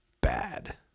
bad